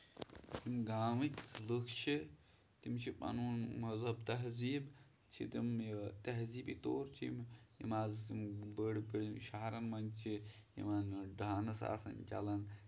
گامٔکۍ لُکھ چھِ یہِ چھِ پَنُن مطلب تہزیٖب چھِ تِم یہِ تہزیٖبی طور چھِ یِم حظ بٔڑ بٔڑ شہرن منٛز چھِ یِمن منٛز ڈانٕس آسان چلان